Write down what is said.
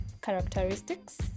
characteristics